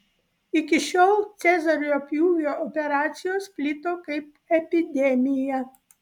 iki šiol cezario pjūvio operacijos plito kaip epidemija